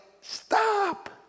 stop